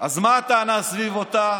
אז מה הטענה סביב אותה